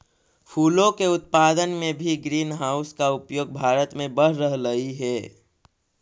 फूलों के उत्पादन में भी ग्रीन हाउस का उपयोग भारत में बढ़ रहलइ हे